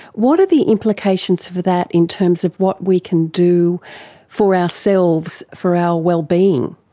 what are the implications for that in terms of what we can do for ourselves, for our well-being?